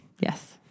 Yes